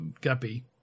guppy